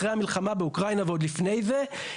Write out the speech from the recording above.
אחרי המלחמה באוקראינה לפני זה,